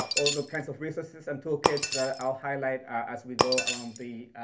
all the kinds of researches and tool kits that i'll highlight as we go along the